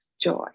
joy